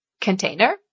container